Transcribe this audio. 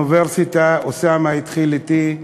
באוניברסיטה, ואוסאמה התחיל אתי,